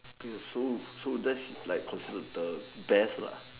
so so that's considered the best